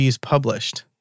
published